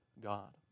God